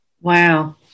Wow